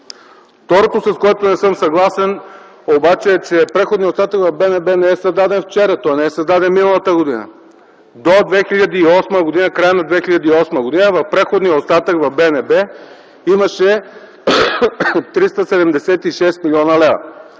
Второто, с което не съм съгласен, е, че преходният остатък в БНБ не е създаден вчера, той не е създаден миналата година. До края на 2008 г. в преходния остатък в БНБ имаше 376 млн. лв.